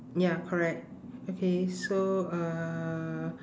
ya correct okay so uh